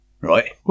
right